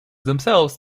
themselves